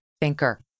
thinker